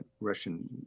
Russian